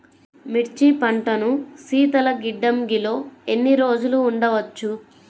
మిర్చి పంటను శీతల గిడ్డంగిలో ఎన్ని రోజులు ఉంచవచ్చు?